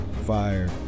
fire